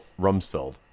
Rumsfeld